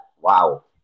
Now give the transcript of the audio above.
wow